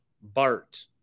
Bart